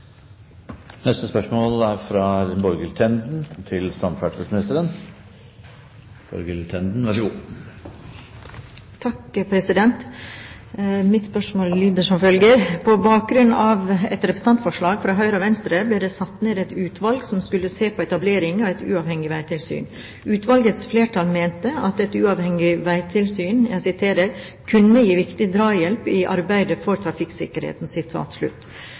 Mitt spørsmål lyder: «På bakgrunn av et representantforslag fra Høyre og Venstre ble det satt ned et utvalg som skulle se på etablering av et uavhengig veitilsyn. Utvalgets flertall mente at et uavhengig veitilsyn kunne gi viktig drahjelp i arbeidet for trafikksikkerheten,